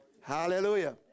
hallelujah